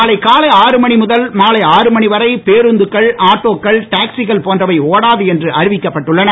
நாளை காலை மணி முதல் மாலை மணி வரை பேருந்துகள் ஆட்டோக்கள் டாக்சிகள் போன்றவை ஒடாது என்று அறிவிக்கப்பட்டுள்ளன